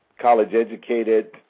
college-educated